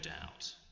doubt